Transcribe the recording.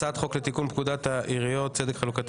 הצעת חוק לתיקון פקודת העיריות (צדק חלוקתי